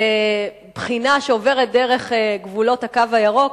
בבחינה שעוברת דרך גבולות "הקו הירוק".